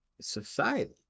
society